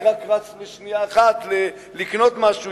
אני רק רץ לשנייה אחת לקנות משהו,